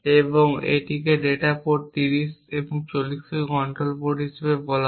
তাই এটিকে data port এবং 30 এবং 40 কে কন্ট্রোল পোর্ট বলা হয়